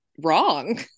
Wrong